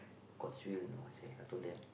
gods will know I say I told them